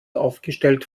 aufgestellt